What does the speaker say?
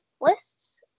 lists